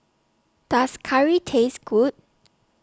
Does Curry Taste Good